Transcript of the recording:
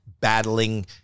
battling